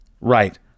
Right